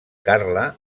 carla